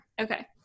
okay